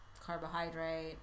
Carbohydrate